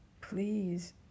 Please